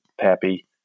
Pappy